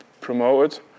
promoted